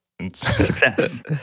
Success